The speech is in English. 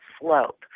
Slope